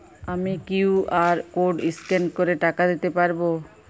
আমি QR code scan করে টাকা দিতে পারবো?